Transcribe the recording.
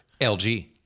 LG